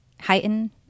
heighten